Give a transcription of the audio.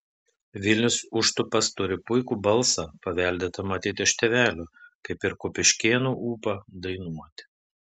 vilius užtupas turi puikų balsą paveldėtą matyt iš tėvelio kaip ir kupiškėnų ūpą dainuoti